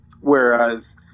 Whereas